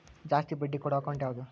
ಜಾಸ್ತಿ ಬಡ್ಡಿ ಕೊಡೋ ಅಕೌಂಟ್ ಯಾವುದು?